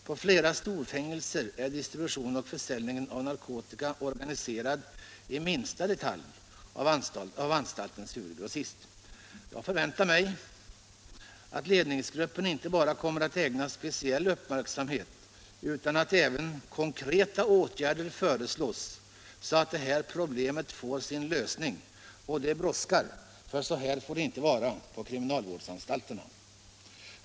På flera storfängelser är distributionen och försäljningen av narkotika organiserad i minsta detalj av anstaltens ”huvudgrossist”.” Jag förväntar mig att ledningsgruppen inte bara kommer att ägna speciell uppmärksamhet utan att även konkreta åtgärder föreslås så att det här problemet får sin lösning, och det brådskar för så här får det inte vara på kriminalvårdsanstalterna.